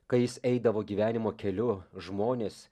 kai jis eidavo gyvenimo keliu žmonės